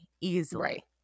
easily